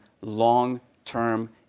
long-term